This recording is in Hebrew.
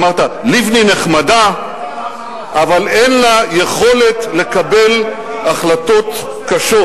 אמרת: לבני נחמדה אבל אין לה יכולת לקבל החלטות קשות.